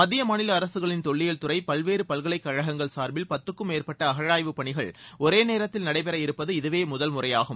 மத்திய மாநில அரசுகளின் தொல்லியல் துறை பல்வேறு பல்கலைக் கழகங்கள் சாா்பில் பத்துக்கும் மேற்பட்ட அஷ்ழாய்வு பணிகள் ஒரே நேரத்தில் நடைபெற இருப்பது இதுவே முதல்முறையாகும்